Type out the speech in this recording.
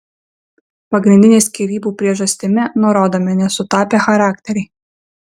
pagrindinė skyrybų priežastimi nurodomi nesutapę charakteriai